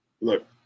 Look